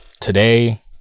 today